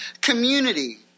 community